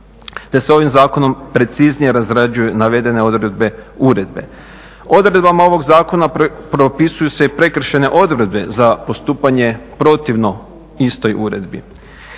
te se ovim zakonom preciznije razrađuju navedene odredbe uredbe. Odredbama ovog zakona propisuju se i prekršajne odredbe za postupanje protivno istoj uredbi.